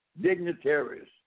dignitaries